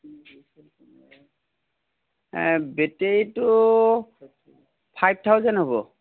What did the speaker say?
এ বেটেৰীটো five thousand হ'ব